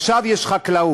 ועכשיו יש חקלאות.